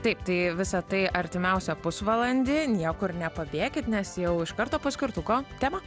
taip tai visa tai artimiausią pusvalandį niekur nepabėkit nes jau iš karto po skirtuko tema